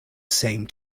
same